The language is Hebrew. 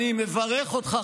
אני מברך אותך,